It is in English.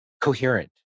coherent